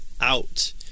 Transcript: out